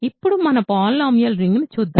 ఇప్పుడు మన పోలీనోమిల్ రింగ్ని చూద్దాము